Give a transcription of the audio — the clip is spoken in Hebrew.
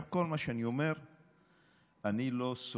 לאור